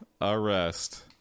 arrest